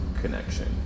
connection